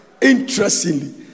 Interestingly